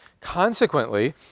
Consequently